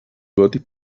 gòtic